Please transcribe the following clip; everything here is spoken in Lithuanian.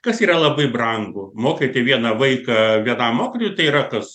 kas yra labai brangu mokyti vieną vaiką vienam mokytojui tai yra kas